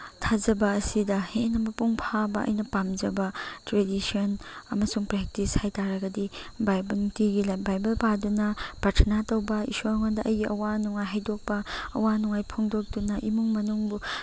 ꯊꯥꯖꯕ ꯑꯁꯤꯗ ꯍꯦꯟꯅ ꯃꯄꯨꯡ ꯐꯥꯕ ꯑꯩꯅ ꯄꯥꯝꯖꯕ ꯇ꯭ꯔꯦꯗꯤꯁꯟ ꯑꯃꯁꯨꯡ ꯄ꯭ꯔꯦꯛꯇꯤꯁ ꯍꯥꯏꯇꯔꯒꯗꯤ ꯅꯨꯡꯇꯤꯒꯤ ꯕꯥꯏꯕꯜ ꯄꯥꯗꯨꯅ ꯄ꯭ꯔꯊꯥꯅ ꯇꯧꯕ ꯏꯁꯣꯔꯉꯣꯟꯗ ꯑꯩꯒꯤ ꯑꯋꯥ ꯅꯨꯡꯉꯥꯏ ꯍꯥꯏꯗꯣꯛꯄ ꯑꯋꯥ ꯅꯨꯡꯉꯥꯏ ꯐꯣꯡꯗꯣꯛꯇꯨꯅ ꯏꯃꯨꯡ ꯃꯅꯨꯡꯕꯨ